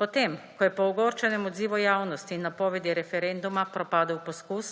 Potem ko je po ogorčenem odzivu javnosti in napovedi referenduma propadel poskus,